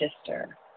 sister